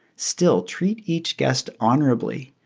still, treat each guest honorably.